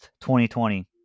2020